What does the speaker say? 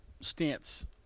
stance